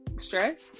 stress